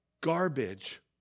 garbage